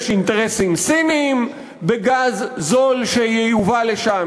יש אינטרסים סיניים בגז זול שייובא לשם,